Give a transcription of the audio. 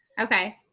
okay